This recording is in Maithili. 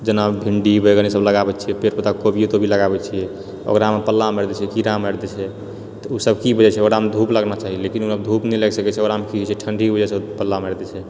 जेना भिण्डी बैगन ई सभ लगाबै छियै पेड़ पौधा कोबिये तोबी लगाबै छियै ओकरामे पल्ला मारि दय छै कीड़ा मारि दए छै तऽ ओ सभ की बचै छै ओकरामे धूप लगना चाही लेकिन ओकरामे धूप नहि लागि सकै छै ओकरामे की होइ छै ठण्डी कऽ वजहसँ पल्ला मारि दए छै